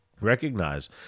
recognize